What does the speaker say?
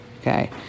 okay